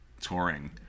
Touring